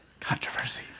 Controversy